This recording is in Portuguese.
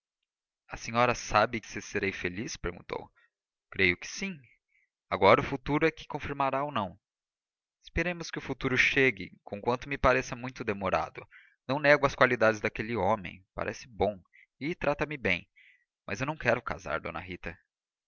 a senhora sabe se serei feliz perguntou creio que sim agora o futuro é que confirmará ou não esperemos que o futuro chegue conquanto me pareça muito demorado não nego as qualidades daquele homem parece bom e trata-me bem mas eu não quero casar d rita